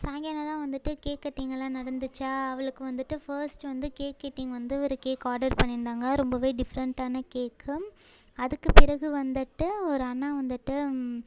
சாயங்காலம் தான் வந்துட்டு கேக் கட்டிங்கெல்லாம் நடந்துச்சா அவளுக்கு வந்துட்டு ஃபர்ஸ்ட் வந்து கேக் கட்டிங் வந்து ஒரு கேக் ஆர்டர் பண்ணியிருந்தாங்க ரொம்பவே டிஃப்ரெண்ட்டான கேக்கு அதுக்குப் பிறகு வந்துட்டு ஒரு அண்ணா வந்துட்டு